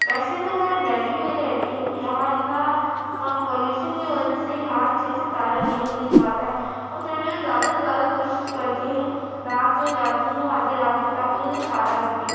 ویسے تو میں دہلی میں رہتی ہوں یہاں اتنا پالیوشن کی وجہ سے یہاں اچھے سے تارہ نہیں دکھ پاتا پر پھر بھی زیادہ سے زیادہ کوشش کرتی ہوں رات میں جاتی ہوں آدھی رات میں تاکہ مجھے تارہ دکھے